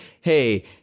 hey